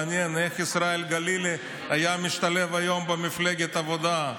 מעניין איך ישראל גלילי היה משתלב היום במפלגת העבודה,